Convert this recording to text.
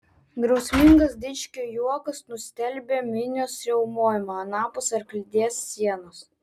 griausmingas dičkio juokas nustelbė minios riaumojimą anapus arklidės sienos